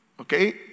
okay